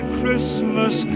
Christmas